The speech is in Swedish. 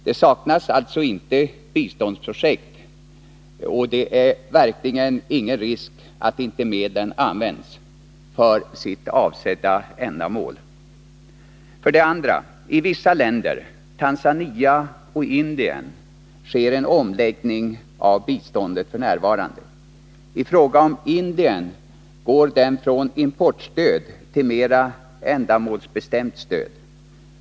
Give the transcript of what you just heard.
Det saknas alltså inte biståndsprojekt, och det är verkligen ingen risk att inte medlen används för sitt omsedda ändamål. För det andra sker det f. n. en omläggning av biståndet i vissa länder, t.ex. Tanzania och Indien. I fråga om Indien sker den från importstöd till mera ändamålsbestämt stöd.